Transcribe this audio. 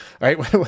right